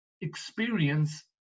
experience